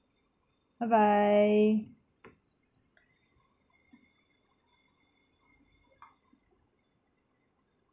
bye bye